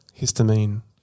histamine